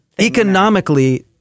Economically